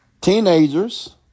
Teenagers